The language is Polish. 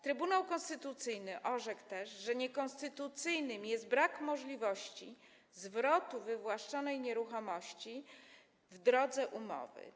Trybunał Konstytucyjny orzekł też, że niekonstytucyjny jest brak możliwości zwrotu wywłaszczonej nieruchomości w drodze umowy.